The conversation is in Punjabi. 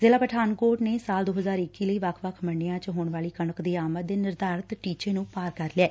ਜ਼ਿਲਾ ਪਠਾਨਕੋਟ ਨੇ ਵੱਖ ਮੰਡੀਆ ਚ ਹੋਣ ਵਾਲੀ ਕਣਕ ਦੀ ਆਮਦ ਦੇ ਨਿਰਧਾਰਿਤ ਟੀਚੇ ਨੂੰ ਪਾਰ ਕਰ ਲਿਐ